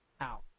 out